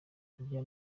kurya